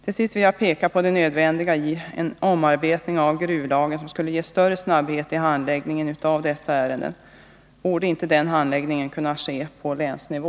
Till sist vill jag peka på det nödvändiga i en sådan omarbetning av gruvlagen att man får en större snabbhet i handläggningen av dessa ärenden. Borde inte den handläggningen kunna ske på länsnivå?